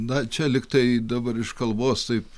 na čia lyg tai dabar iš kalbos taip